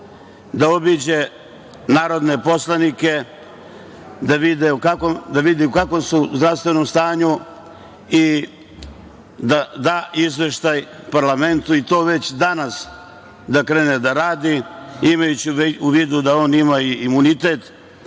da obiđe narodne poslanike, da vidi u kakvom su zdravstvenom stanju i da da izveštaj parlamentu, i to već danas da krene da radi, imajući u vidu da on ima imunitet,